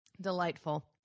Delightful